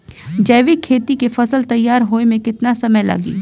जैविक खेती के फसल तैयार होए मे केतना समय लागी?